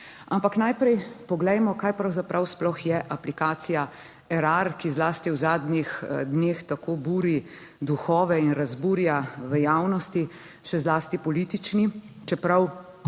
Ampak najprej poglejmo, kaj pravzaprav sploh je aplikacija Erar, ki zlasti v zadnjih dneh tako buri duhove in razburja v javnosti, še zlasti politični. Čeprav